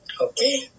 Okay